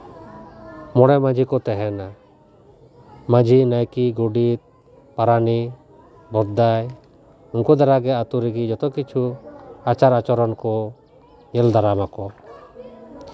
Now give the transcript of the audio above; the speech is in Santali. ᱢᱚᱬᱮ ᱢᱟᱹᱡᱷᱤ ᱠᱚ ᱛᱟᱦᱮᱱᱟ ᱢᱟᱹᱡᱷᱤ ᱱᱟᱭᱠᱮ ᱜᱳᱰᱮᱛ ᱯᱟᱨᱟᱱᱤᱠ ᱵᱷᱚᱫᱽᱫᱟᱭ ᱩᱱᱠᱩ ᱫᱟᱨᱟᱭᱛᱮ ᱟᱹᱛᱩ ᱨᱮᱜᱮ ᱡᱚᱛᱚ ᱠᱤᱪᱷᱩ ᱟᱪᱟᱨ ᱟᱪᱚᱨᱚᱱ ᱠᱚ ᱧᱮᱞ ᱫᱟᱨᱟᱢᱟᱠᱚ